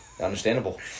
understandable